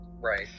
right